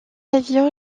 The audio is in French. avions